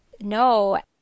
no